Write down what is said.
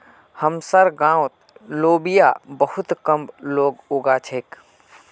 हमसार गांउत लोबिया बहुत कम लोग उगा छेक